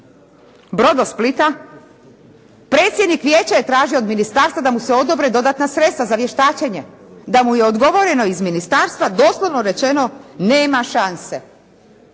«Brodosplita» predsjednik Vijeća je tražio od Ministarstva da mu se odobre dodatna sredstva za vještačenje. Da mu je odgovoreno iz Ministarstva, doslovno rečeno: Nema šanse.